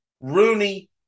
Rooney